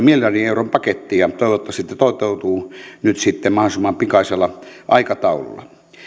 miljardin euron paketti ja toivottavasti se toteutuu nyt sitten mahdollisimman pikaisella aikataululla